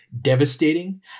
devastating